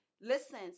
listen